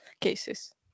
cases